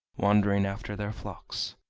wandering after their flocks.